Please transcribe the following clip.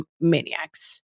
maniacs